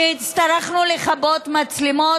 שהצטרכנו לכבות מצלמות,